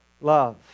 love